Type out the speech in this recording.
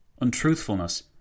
untruthfulness